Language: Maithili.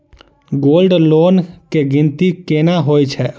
गोल्ड लोन केँ गिनती केना होइ हय?